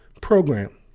program